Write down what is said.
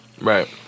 Right